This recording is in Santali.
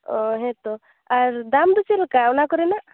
ᱚ ᱦᱮᱸ ᱛᱳ ᱟᱨ ᱫᱟᱢ ᱫᱚ ᱪᱮᱫ ᱞᱮᱠᱟ ᱚᱱᱟ ᱠᱚᱨᱮᱱᱟᱜ